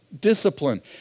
discipline